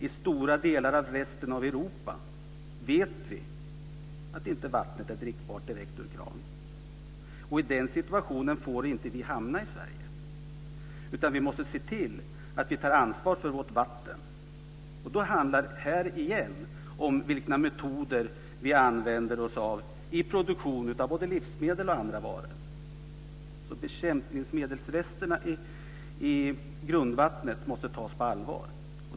I stora delar av resten av Europa vet vi att vattnet inte är drickbart direkt ur kranen. I den situationen får vi inte hamna i Sverige. Vi måste se till att vi tar ansvar för vårt vatten. Här handlar det igen om vilka metoder vi använder oss av i produktion av både livsmedel och andra varor. Bekämpningsmedelsresterna i grundvattnet måste tas på allvar.